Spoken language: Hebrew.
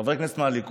חברי כנסת מהליכוד,